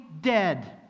dead